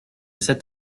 sept